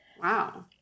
Wow